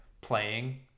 playing